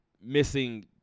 missing